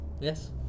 yes